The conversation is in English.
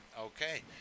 Okay